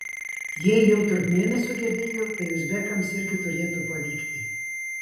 jeigu jau turkmėnai sugebėjo tai uzbekams irgi turėtų pavykti